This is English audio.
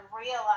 realize